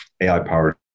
AI-powered